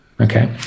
Okay